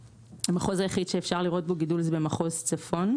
המחוז היחיד שאפשר לראות בו גידול זה מחוז צפון,